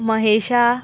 महेशा